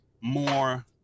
more